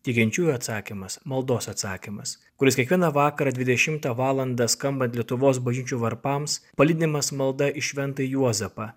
tikinčiųjų atsakymas maldos atsakymas kuris kiekvieną vakarą dvidešimtą valandą skambant lietuvos bažnyčių varpams palydimas malda į šventąjį juozapą